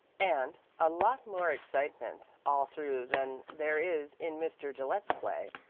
and a lot more excitement all through than there is in mr. gillette's play,